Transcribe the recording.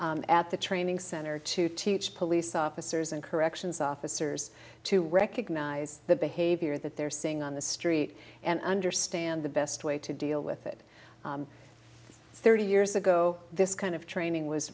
at the training center to teach police officers and corrections officers to recognize the behavior that they're seeing on the street and understand the best way to deal with it thirty years ago this kind of training was